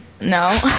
No